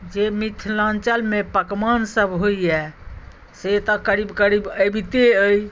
जे मिथिलाञ्चलमे पकवानसभ होइए से तऽ करीब करीब अबिते अइ